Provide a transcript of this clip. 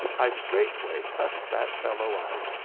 i straightway cut that fellow out,